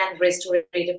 restorative